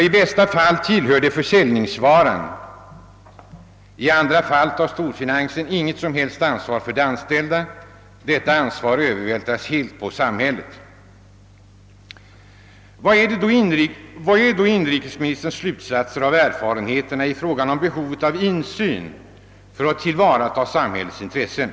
I bästa fall tillhör de försäljningsvaror, i andra fall tar storfinansen inget som helst ansvar för de anställda utan detta övervältras helt på samhället. Vilka är då inrikesministerns slutsatser av erfarenheterna i fråga om behovet av insyn för att tillvarataga samhälleliga intressen?